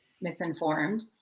misinformed